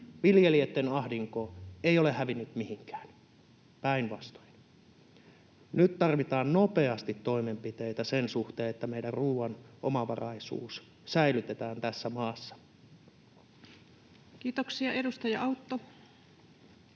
viljelijöitten ahdinko ei ole hävinnyt mihinkään, päinvastoin. Nyt tarvitaan nopeasti toimenpiteitä sen suhteen, että meidän ruuan omavaraisuus säilytetään tässä maassa. Kiitoksia. — Edustaja Autto.